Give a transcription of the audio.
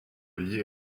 liée